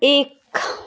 एक